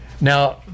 Now